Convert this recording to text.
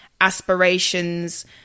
aspirations